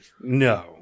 no